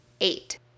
eight